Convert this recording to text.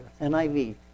NIV